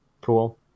cool